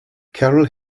carol